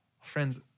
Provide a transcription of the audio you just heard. Friends